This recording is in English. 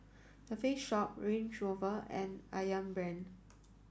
The Face Shop Range Rover and Ayam Brand